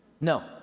No